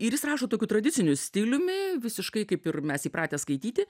ir jis rašo tokiu tradiciniu stiliumi visiškai kaip ir mes įpratę skaityti